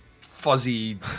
fuzzy